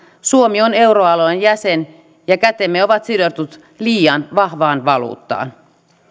suomi on euroalueen jäsen ja kätemme ovat sidotut liian vahvaan valuuttaan